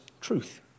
truth